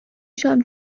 شام